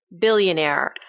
billionaire